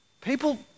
People